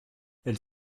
elle